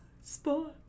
sports